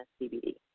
CBD